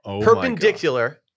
perpendicular